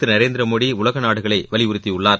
திரு நரேந்திரமோடி உலக நாடுகளை வலியுறுத்தியுள்ளார்